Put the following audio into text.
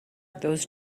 those